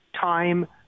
time